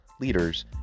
leaders